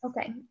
Okay